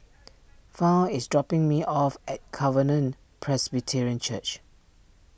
Fount is dropping me off at Covenant Presbyterian Church